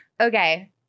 Okay